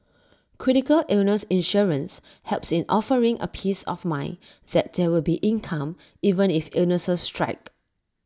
critical illness insurance helps in offering A peace of mind that there will be income even if illnesses strike